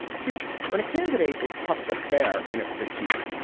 see when a candidate is tough but fair in a critique.